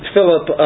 Philip